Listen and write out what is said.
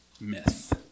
myth